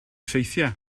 effeithiau